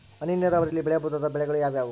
ಹನಿ ನೇರಾವರಿಯಲ್ಲಿ ಬೆಳೆಯಬಹುದಾದ ಬೆಳೆಗಳು ಯಾವುವು?